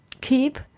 Keep